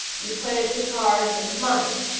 you play it with cards and money.